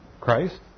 Christ